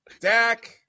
Dak